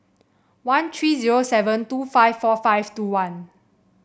one three zero seven two five four five two one